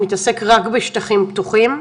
אוקיי,